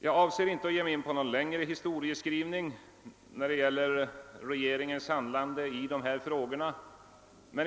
Jag avser inte att ge mig in på någon mera omfattande historieskrivning när det gäller regeringens handlande i dessa frågor.